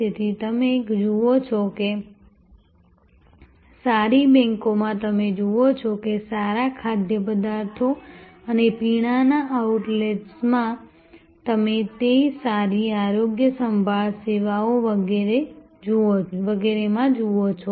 તેથી તમે જુઓ છો કે સારી બેંકોમાં તમે જુઓ છો કે સારા ખાદ્યપદાર્થો અને પીણાના આઉટલેટ્સમાં તમે તે સારી આરોગ્ય સંભાળ સેવાઓ વગેરેમાં જુઓ છો